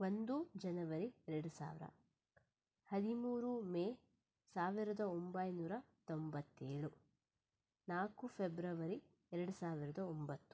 ಒಂದು ಜನವರಿ ಎರಡು ಸಾವಿರ ಹದಿಮೂರು ಮೇ ಸಾವಿರದ ಒಂಬೈನೂರ ತೊಂಬತ್ತೇಳು ನಾಲ್ಕು ಫೆಬ್ರವರಿ ಎರಡು ಸಾವಿರದ ಒಂಬತ್ತು